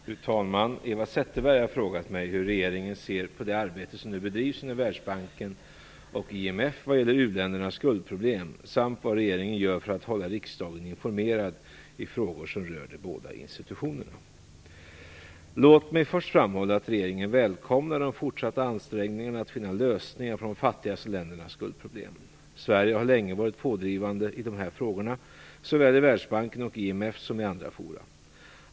Fru talman! Eva Zetterberg har frågat mig hur regeringen ser på det arbete som nu bedrivs inom Världsbanken och IMF vad gäller u-ländernas skuldproblem samt vad regeringen gör för att hålla riksdagen informerad i frågor som rör de båda institutionerna. Låt mig först framhålla att regeringen välkomnar de fortsatta ansträngningarna att finna lösningar på de fattigaste ländernas skuldproblem. Sverige har länge varit pådrivande i de här frågorna, såväl i Världsbanken och IMF som i andra fora.